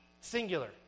singular